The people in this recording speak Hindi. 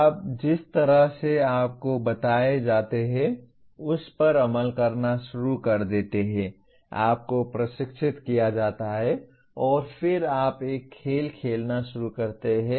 आप जिस तरह से आपको बताए जाते हैं उस पर अमल करना शुरू कर देते हैं आपको प्रशिक्षित किया जाता है और फिर आप एक खेल खेलना शुरू करते हैं